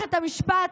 מערכת המשפט,